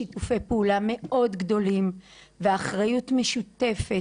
בשיתופי פעולה מאוד גדולים ואחריות משותפת,